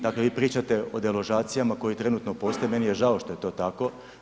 Dakle, vi pričate o deložacijama koje trenutno postoje, meni je žao što je to tako.